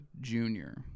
junior